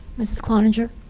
mrs. cloninger?